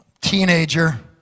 teenager